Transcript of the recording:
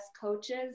coaches